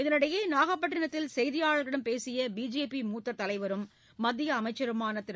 இதனிடையே நாகப்பட்டிணத்தில் செய்தியாளர்களிடம் பேசியபிஜேபி மூத்ததலைவரும் மத்தியஅமைச்சருமானதிரு